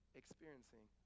experiencing